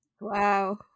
Wow